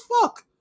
fuck